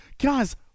Guys